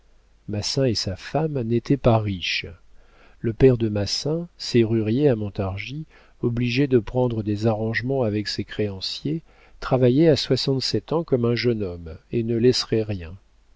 et sa femme n'étaient pas riches le père de massin serrurier à montargis obligé de prendre des arrangements avec ses créanciers travaillait à soixante-sept ans comme un jeune homme et ne laisserait rien